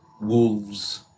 wolves